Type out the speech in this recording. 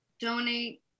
donate